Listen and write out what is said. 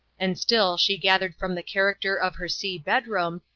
and still she gathered from the character of her sea bedroom,